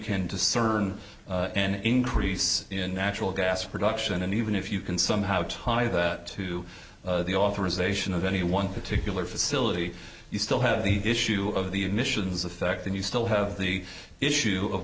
can discern an increase in natural gas production and even if you can somehow tie that to the authorization of any one particular facility you still have the issue of the emissions effect and you still have the issue of